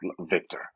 Victor